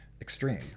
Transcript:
extreme